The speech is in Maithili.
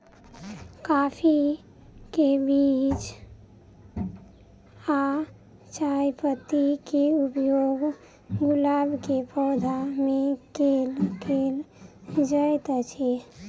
काफी केँ बीज आ चायपत्ती केँ उपयोग गुलाब केँ पौधा मे केल केल जाइत अछि?